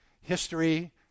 history